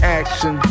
action